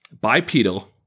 bipedal